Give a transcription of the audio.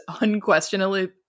unquestionably